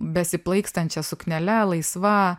besiplaikstančia suknele laisva